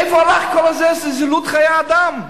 איפה הלך כל זילות חיי אדם?